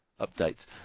updates